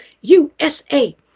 usa